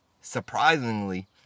surprisingly